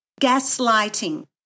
gaslighting